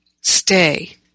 stay